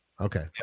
okay